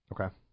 Okay